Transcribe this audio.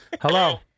Hello